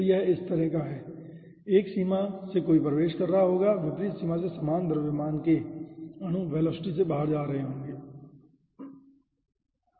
तो यह इस तरह है 1 सीमा से कोई प्रवेश कर रहा होगा विपरीत सीमा से सामान द्रव्यमान के अणु समान वेलोसिटी से बाहर जा रहे होंगे ठीक है